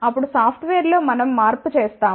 అప్పుడు సాఫ్ట్వేర్లో మనం మార్పు చేస్తాము